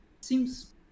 seems